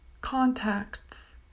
Contacts